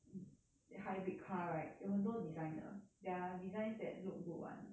mm hybrid car right 有很多 design 的 there are designs that look good [one]